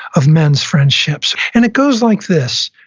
of men's friendships, and it goes like this.